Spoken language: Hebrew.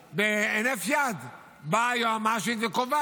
אני תמיד מציע: יש דיון אישי בהצגת החוק.